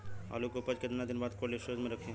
आलू के उपज के कितना दिन बाद कोल्ड स्टोरेज मे रखी?